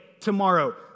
tomorrow